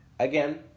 Again